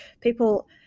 people